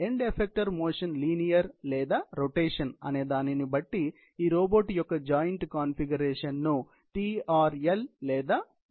end effector motion linear లేదా rotation అనే దానిని బట్టి ఈ రోబోట్ యొక్క జాయింట్ కాన్ఫిగరేషన్ ను TRL లేదా TRR గా సూచిస్తారు